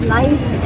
nice